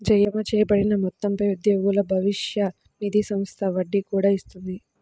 జమచేయబడిన మొత్తంపై ఉద్యోగుల భవిష్య నిధి సంస్థ వడ్డీ కూడా ఇస్తుంది